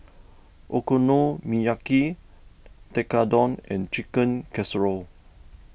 Okonomiyaki Tekkadon and Chicken Casserole